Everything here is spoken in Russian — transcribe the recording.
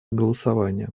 голосования